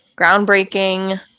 Groundbreaking